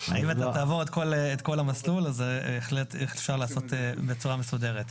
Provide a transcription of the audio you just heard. אם תעבור את כל המסלול אפשר לעשות בצורה מסודרת.